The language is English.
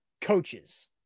coaches